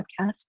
podcast